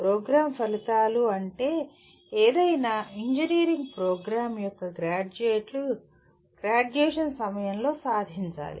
programme ఫలితాలు అంటే ఏదైనా ఇంజనీరింగ్ ప్రోగ్రామ్ యొక్క గ్రాడ్యుయేట్లు గ్రాడ్యుయేషన్ సమయంలో సాధించాలి